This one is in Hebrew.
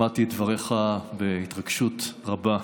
שמעתי את דבריך בהתרגשות רבה.